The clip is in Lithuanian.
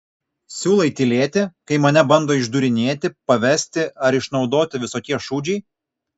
siūlai tylėti kai mane bando išdūrinėti pavesti ar išnaudoti visokie šūdžiai